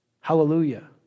Hallelujah